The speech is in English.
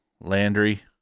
Landry